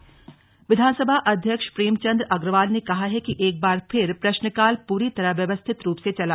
विधानसभा अध्यक्ष विधानसभा अध्यक्ष प्रेमचंद अग्रवाल ने कहा है कि एक बार फिर प्रश्नकाल पूरी तरह व्यस्थित रूप से चला